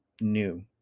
new